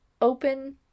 open